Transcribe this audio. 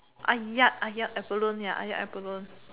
Ah-Yat Ah-Yat abalone ya Ah-Yat abalone